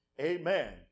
Amen